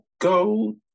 go